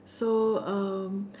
so um